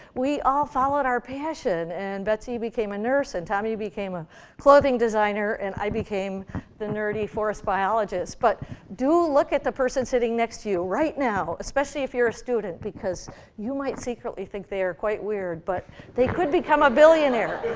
we all followed our passion, and betsy became a nurse, and tommy became a clothing designer, and i became the nerdy forest biologist. but do look at the person sitting next to you, right now, especially if you're a student, because you might secretly think they are quite weird, but they could become a billionaire.